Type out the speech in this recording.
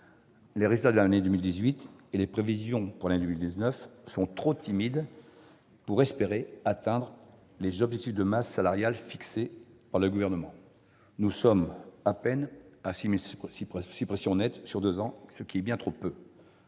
Les résultats de l'année 2018 et les prévisions pour l'année 2019 sont trop timides pour que l'on puisse espérer atteindre les objectifs de masse salariale fixés par le Gouvernement. Nous en sommes à peine à 6 000 suppressions nettes sur deux ans, ce qui est bien trop peu